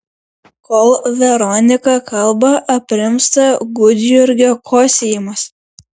kol veronika kalba aprimsta gudjurgio kosėjimas